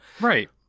right